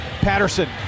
Patterson